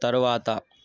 తరువాత